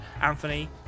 Anthony